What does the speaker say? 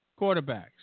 quarterbacks